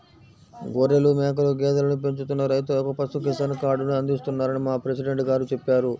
గొర్రెలు, మేకలు, గేదెలను పెంచుతున్న రైతులకు పశు కిసాన్ కార్డుని అందిస్తున్నారని మా ప్రెసిడెంట్ గారు చెప్పారు